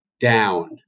down